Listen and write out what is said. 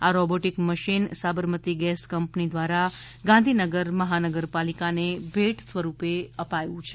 આ robotic machine Sabarmati gas company દ્વારા ગાંધીનગર મહાનગરપાલિકાને ભેટ સ્વરૂપ આપ્યું છે